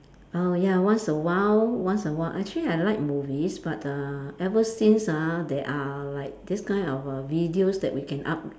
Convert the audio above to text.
oh ya once a while once a while I actually I like movies but uh ever since ah there are like these kind of err videos that we can up~